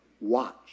Watch